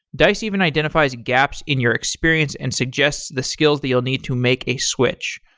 dice even identifies gaps in your experience and suggests the skills that you'll need to make a switch.